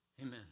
Amen